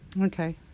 Okay